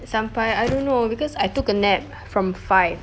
sampai I don't know because I took a nap from five